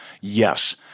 yes